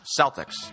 Celtics